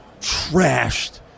trashed